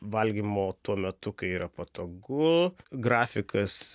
valgymo tuo metu kai yra patogu grafikas